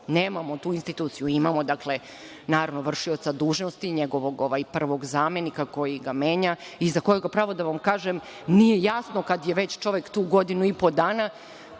nemamo tu instituciju. Imamo, dakle, vršioca dužnosti, njegovog prvog zamenika koji ga menja, i za kojeg, pravo da vam kažem, nije jasno kada je već čovek tu godinu i po dana,